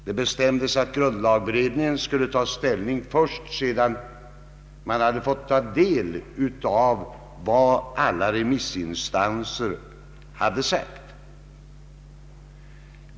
Det bestämdes att grundlagberedningen skulle ta ställning först sedan den fått ta del av vad alla remissinstanser hade sagt.